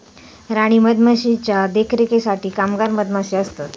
राणी मधमाशीच्या देखरेखीसाठी कामगार मधमाशे असतत